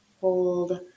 hold